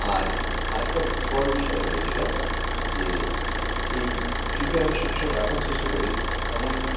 আর আরেকটা বড়ো বিষয় হলো যেটা যে এই ট্রিপে আমি সব সময় রাখার চেষ্টা করি এমন